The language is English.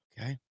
okay